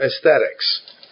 aesthetics